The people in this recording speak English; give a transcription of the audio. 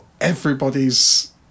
everybody's